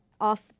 off